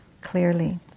clearly